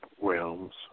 realms